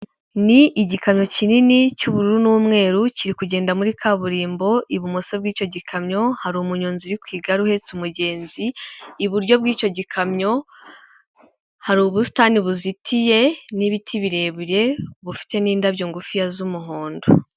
Ni igikamyo kinini cy'ubururu n'umweru, kiri kugenda muri kaburimbo, ibumoso bw'icyo gikamyo hari umunyonzi uri ku igare uhetse umugenzi, iburyo bw'icyo gikamyo hari ubusitani buzitiye n'ibiti birebire bufite n'indabyo ngufiya z'umuhondo.